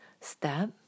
step